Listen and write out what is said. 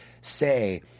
say